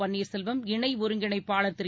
பன்னீர்செல்வம் இணை ஒருங்கிணைப்பாளர் திரு